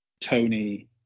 Tony